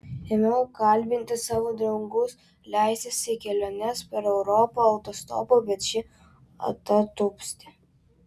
ėmiau kalbinti savo draugus leistis į keliones per europą autostopu bet šie atatupsti